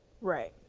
Right